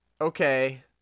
okay